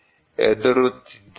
ಹೆದರುತ್ತಿದ್ದೀರಾ